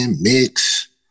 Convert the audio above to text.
Mix